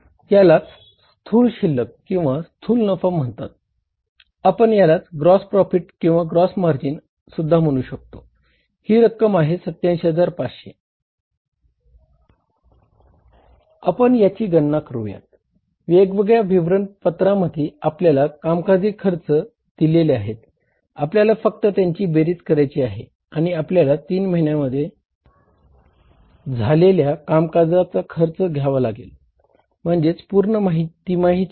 यालाच स्थूल शिल्लक घ्यावे लागतील म्हणजेच पूर्ण तिमाहीचे